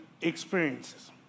experiences